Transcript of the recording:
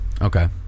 Okay